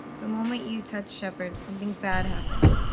the moment you touch shepherd something bad happens.